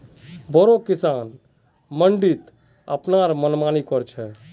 बोरो किसान मंडीत अपनार मनमानी कर छेक